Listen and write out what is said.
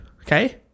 okay